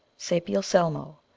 sapiel selmo,